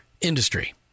industry